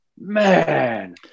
man